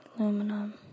aluminum